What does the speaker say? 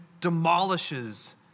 demolishes